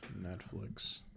Netflix